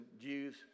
Jews